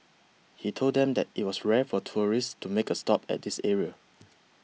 he told them that it was rare for tourists to make a stop at this area